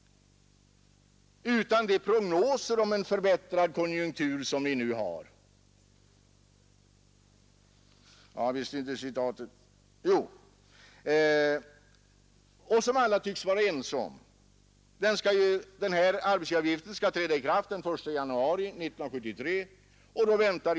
T. o. m. för dem som är uppe i 35 000 kronors inkomst blir avtrappningen av bostadstilläggen efter den 1 januari 1973 inte så hård.